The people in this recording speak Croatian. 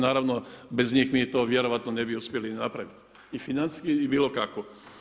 Naravno bez njih mi to vjerojatno ne bi uspjeli napraviti i financijski i bilo kako.